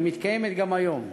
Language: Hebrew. המתקיימת גם היום,